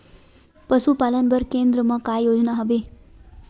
पशुपालन बर केन्द्र म का योजना हवे?